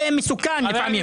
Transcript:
שונות וזה מסוכן לפעמים.